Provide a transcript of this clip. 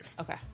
Okay